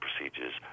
procedures